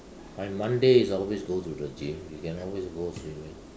my Monday is always go to the gym you can always go swimming